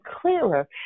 clearer